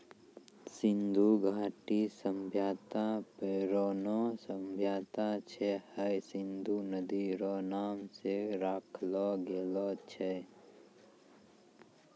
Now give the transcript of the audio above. सिन्धु घाटी सभ्यता परौनो सभ्यता छै हय सिन्धु नदी रो नाम से राखलो गेलो छै